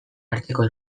arteko